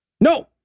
No